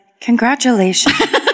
congratulations